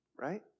right